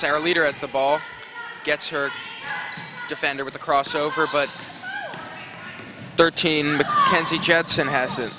sarah leader as the ball gets her defender with the crossover but thirteen can see jetson has